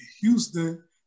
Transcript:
Houston